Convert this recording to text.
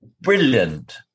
brilliant